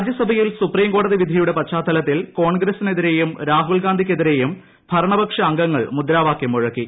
രാജ്യസഭയിൽ സുപ്രീംകോടതി വിധിയുടെ പശ്ചാത്തലത്തിൽ കോൺഗ്രസ്സിനെതിരേയും രാഹുൽഗാന്ധിക്കെതിരേയും ഭരണപക്ഷ അംഗങ്ങൾ മുദ്രാവാക്യം മുഴക്കി